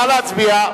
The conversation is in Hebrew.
נא להצביע.